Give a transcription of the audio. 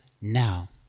now